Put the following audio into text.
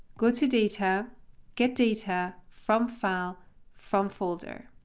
go to data get data from file from folder.